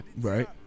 Right